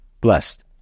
blessed